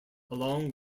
along